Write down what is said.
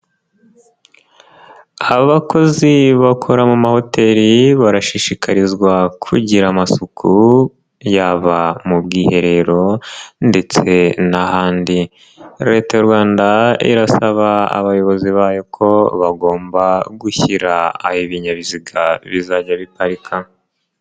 Abakozi bakora mu mahoteli barashishikarizwa kugira amasuku, yaba mu bwiherero ndetse n'ahandi. Leta y'u Rwanda irasaba abayobozi bayo ko bagomba gushyira aho ibinyabiziga bizajya biparika.